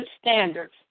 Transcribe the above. standards